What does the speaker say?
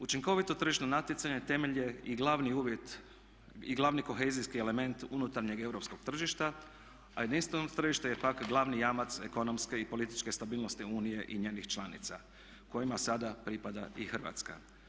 Učinkovito tržišno natjecanje temelj je i glavni uvjet i glavni kohezijski element unutarnjeg europskog tržišta, a jedinstveno tržište je pak glavni jamac ekonomske i političke stabilnosti Unije i njenih članica kojima sada pripada i Hrvatska.